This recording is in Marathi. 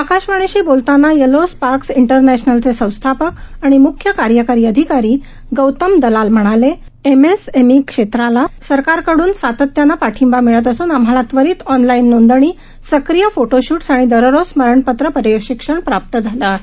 आकाशवाणीशी बोलताना यलो स्पार्क्स इंटरनॅशनलचे संस्थापक आणि मुख्य कार्यकारी अधिकारी गौतम दलाल म्हणाले एमएसएमई क्षेत्राला सरकारकडून सातत्यानं पाठिंबा मिळत असून आम्हाला त्वरित ऑनलाइन नोंदणी सक्रिय फोटोशूट्स आणि दररोज स्मरणपत्र प्रशिक्षण प्राप्त झालं आहे